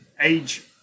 age